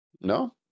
No